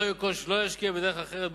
לא ירכוש ולא ישקיע בדרך אחרת,